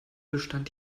bestand